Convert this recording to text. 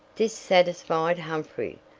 this satisfied humphrey,